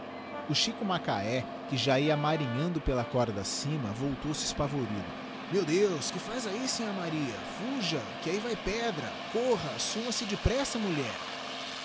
o chico macahé que já ia marinhando pela corda acima voltou-se espavorido meu deus que faz ahi sinhá maria fuja que ahi vae pedra corra suma se depressa mulher